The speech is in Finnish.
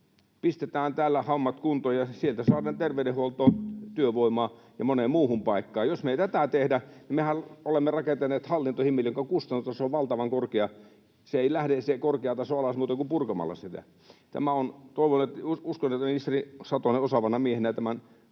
Pistetään täällä hommat kuntoon, ja sieltä saadaan työvoimaa terveydenhuoltoon ja moneen muuhun paikkaan. Jos me ei tätä tehdä... Mehän olemme rakentaneet hallintohimmelin, jonka kustannustaso on valtavan korkea. Se korkea taso ei lähde alas muuten kuin purkamalla sitä. Uskon, että ministeri Satonen osaavana miehenä tämän